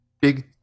big